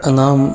Anam